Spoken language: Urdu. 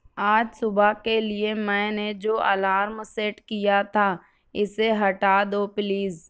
آج صبح کے لیے میں نے جو الارم سیٹ کیا تھا اسے ہٹا دو پلیز